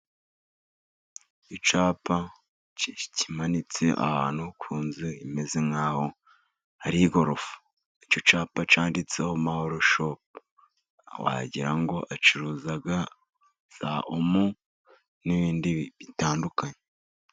Icyapa kimanitse ahantu ku nzu imeze nk'aho hari igorofa, icyo cyapa cyanditseho mahoro shopu, wagirango ngo acuruza za Omo n'ibindi bitandukanye.